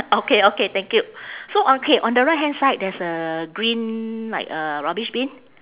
okay okay thank you so on K on the right hand side there's a green like a rubbish bin